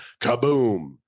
kaboom